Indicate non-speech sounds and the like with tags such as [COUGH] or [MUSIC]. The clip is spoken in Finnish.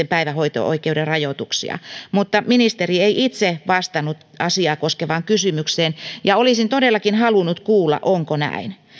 [UNINTELLIGIBLE] päivähoito oikeuden rajoituksia mutta ministeri ei itse vastannut asiaa koskevaan kysymykseen olisin todellakin halunnut kuulla onko näin